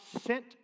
sent